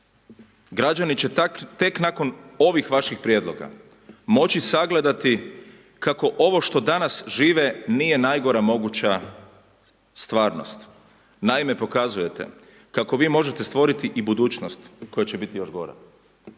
Građani će tek nakon ovih vaših prijedloga moći sagledati kako ovo što danas žive nije najgora moguća stvarnost. Naime, pokazujete kako vi možete stvoriti i budućnost koja će biti još gora.